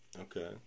Okay